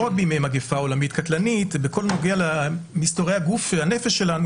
לא רק בימי מגיפה עולמית קטלנית אלא בכל הנוגע למסתורי הגוף והנפש שלנו,